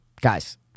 Guys